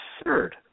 absurd